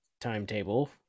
timetable